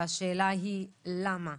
והשאלה היא למה.